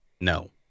no